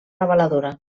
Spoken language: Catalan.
reveladora